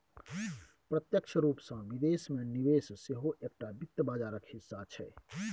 प्रत्यक्ष रूपसँ विदेश मे निवेश सेहो एकटा वित्त बाजारक हिस्सा छै